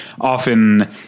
often